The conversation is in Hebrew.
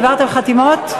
העברתם חתימות?